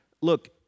look